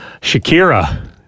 Shakira